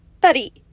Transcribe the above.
buddy